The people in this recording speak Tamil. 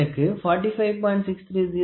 எனக்கு 45